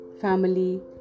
family